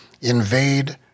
invade